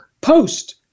post